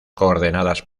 coordenadas